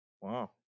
Wow